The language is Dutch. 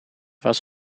was